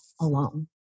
alone